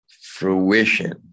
fruition